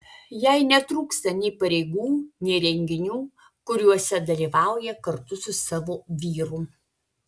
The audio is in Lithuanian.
jai netrūksta nei pareigų nei renginių kuriuose dalyvauja kartu su savo vyru